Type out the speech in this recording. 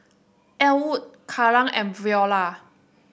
Elwood Karan and Viola